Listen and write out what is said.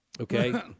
Okay